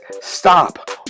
stop